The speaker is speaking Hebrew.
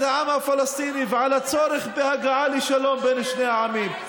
על פשעים כנגד העם הפלסטיני ועל הצורך בהגעה לשלום בין שני העמים.